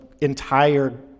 entire